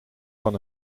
van